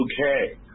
okay